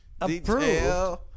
Approved